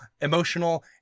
emotional